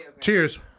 Cheers